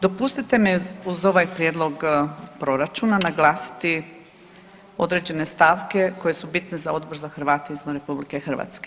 Dopustite mi uz ovaj Prijedlog Proračuna naglasiti određene stavke koje su bitne za Odbor za Hrvate izvan RH.